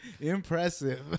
Impressive